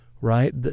right